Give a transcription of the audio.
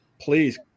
please